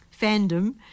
fandom